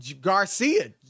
Garcia